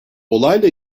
olayla